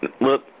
look